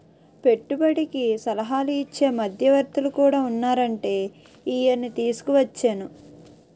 పెట్టుబడికి సలహాలు ఇచ్చే మధ్యవర్తులు కూడా ఉన్నారంటే ఈయన్ని తీసుకుని వచ్చేను